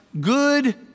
good